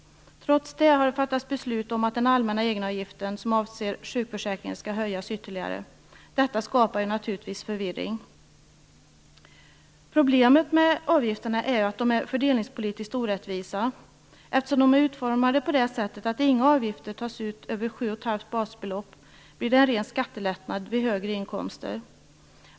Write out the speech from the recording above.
Trots det har det fattats beslut om att den allmänna egenavgiften som avser sjukförsäkringen skall höjas ytterligare. Detta skapar naturligtvis förvirring. Problemet med avgifterna är att de är fördelningspolitiskt orättvisa. Eftersom de är utformade på det sättet att inga avgifter tas ut över sju och ett halvt basbelopp, blir det en ren skattelättnad vid högre inkomster.